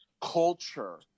culture